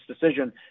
decision